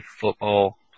football